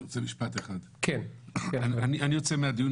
אני רוצה לומר משפט אחד: אני יוצא מהדיון